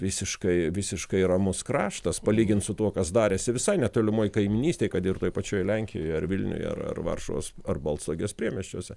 visiškai visiškai ramus kraštas palygint su tuo kas darėsi visai netolimoj kaimynystėj kad ir toj pačioj lenkijoj ar vilniuj ar ar varšuvos ar balstogės priemiesčiuose